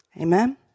Amen